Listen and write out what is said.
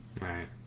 Right